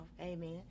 Amen